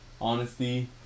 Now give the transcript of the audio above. honesty